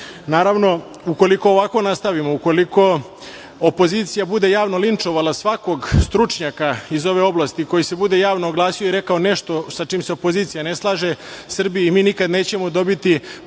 ukoliko ovako nastavimo, ukoliko opozicija bude javno linčovala svakog stručnjaka iz ove oblasti i koji se bude javno oglasio i rekao nešto sa čime se opozicija ne slaže u Srbiji, mi nikada nećemo dobiti